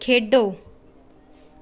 ਖੇਡੋ